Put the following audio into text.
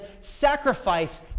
sacrifice